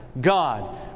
God